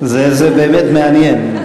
זה באמת מעניין,